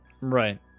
Right